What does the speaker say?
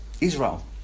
Israel